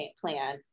plan